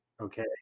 Okay